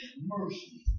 mercy